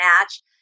match